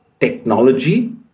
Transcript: technology